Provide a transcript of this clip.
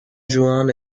juan